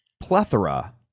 plethora